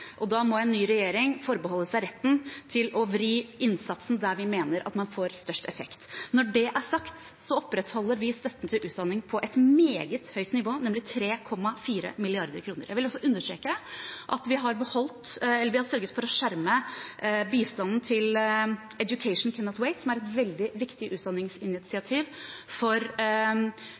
Da må en ny regjering forbeholde seg retten til å vri innsatsen dit vi mener man får størst effekt. Når det er sagt, opprettholder vi støtten til utdanning på et meget høyt nivå, nemlig 3,4 mrd. kr. Jeg vil også understreke at vi har sørget for å skjerme bistanden til Education Cannot Wait, som er et veldig viktig utdanningsinitiativ for